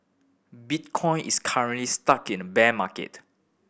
bitcoin is currently stuck in a bear market